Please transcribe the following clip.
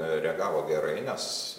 reagavo gerai nes